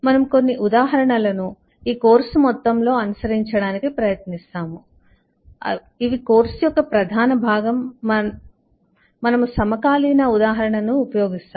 మనము కొన్ని ఉదాహరణలను ఈ కోర్సు మొత్తంలో అనుసరించడానికి ప్రయత్నిస్తాము ఇవి కోర్సు యొక్క ప్రధాన భాగం మనము సమకాలీన ఉదాహరణను ఉపయోగిస్తాము